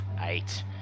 Eight